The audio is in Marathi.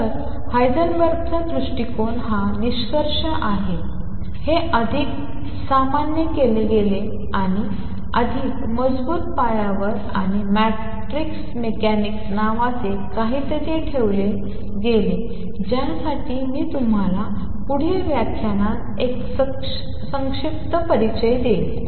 तर हाइसेनबर्गच्या दृष्टिकोनाचा हा निष्कर्ष आहे हे अधिक सामान्य केले गेले आणि अधिक मजबूत पायावर आणि मॅट्रिक्स मेकॅनिक्स नावाचे काहीतरी ठेवले गेले ज्यासाठी मी तुम्हाला पुढील व्याख्यानात फक्त एक संक्षिप्त परिचय देईन